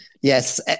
Yes